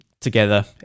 Together